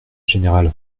général